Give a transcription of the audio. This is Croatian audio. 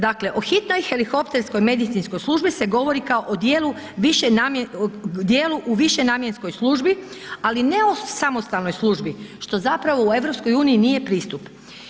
Dakle o hitnoj helikopterskoj medicinskoj službi se govori kao o dijelu u višenamjenskoj službi ali ne o samostalnoj službi što zapravo u EU nije pristup.